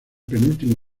penúltimo